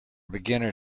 beginner